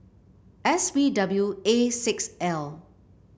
S B W A six L